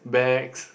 bags